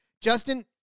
Justin